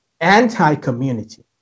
anti-community